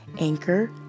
Anchor